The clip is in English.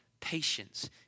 patience